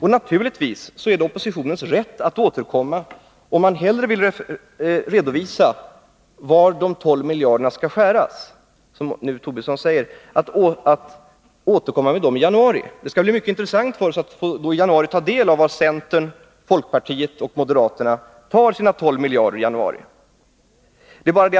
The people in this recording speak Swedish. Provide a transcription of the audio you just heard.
Och naturligtvis är det oppositionens rättighet att återkomma i januari, om man hellre då vill redovisa var de 12 Nr 52 miljarderna skall skäras bort. Det skall bli mycket intressant för oss att i Torsdagen den januari få ta del av var centern, folkpartiet och moderaterna tar dessa 12 16 december 1982 miljarder.